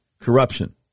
corruption